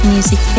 Music